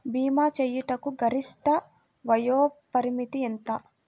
భీమా చేయుటకు గరిష్ట వయోపరిమితి ఎంత?